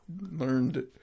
learned